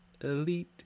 elite